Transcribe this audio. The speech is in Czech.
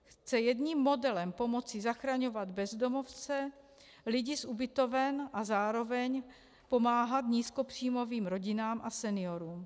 Chce jedním modelem pomoci zachraňovat bezdomovce, lidi z ubytoven a zároveň pomáhat nízkopříjmovým rodinám a seniorům.